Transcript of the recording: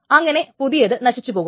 അങ്ങനെ പുതിയത് നശിച്ചുപോകും